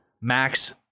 Max